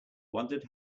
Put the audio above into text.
wondered